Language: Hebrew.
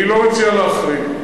אני לא מציע להחרים.